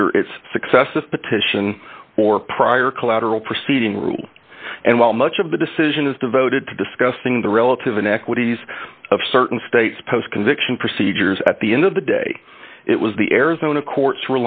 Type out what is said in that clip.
under its successive petition or prior collateral proceeding rule and while much of the decision is devoted to discussing the relative inequities of certain states post conviction procedures at the end of the day it was the arizona court